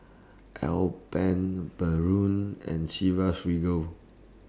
Alpen Braun and Chivas Regal